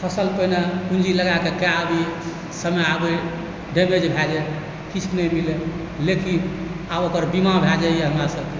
फसल पहिने पूञ्जी लगाकऽ कऽ आबियै समय आबय डैमेज भए जाइ किछु नहि मिलै लेकिन आब ओकर बीमा भए जाइए हमरा सब कऽ